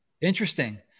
Interesting